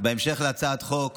בהמשך להצעות החוק